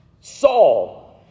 Saul